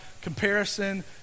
comparison